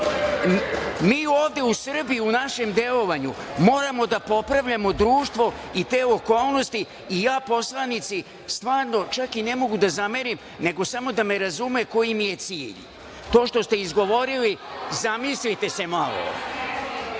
Mi ovde u Srbiji u našem delovanju moramo da popravljamo društvo i te okolnosti i ja poslanici ne mogu da zamerim, nego samo da me razume koji mi je cilj. To što ste izgovorili, zamislite se malo. Reč